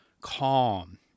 calm